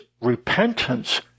repentance